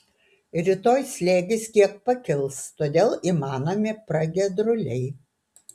rytoj slėgis kiek pakils todėl įmanomi pragiedruliai